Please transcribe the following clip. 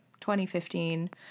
2015